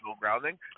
grounding